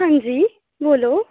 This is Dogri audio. अंजी बोल्लो